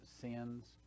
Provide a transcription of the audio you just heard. sins